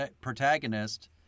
protagonist